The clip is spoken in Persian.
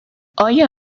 آیا